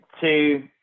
two